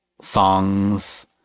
songs